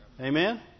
Amen